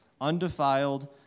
undefiled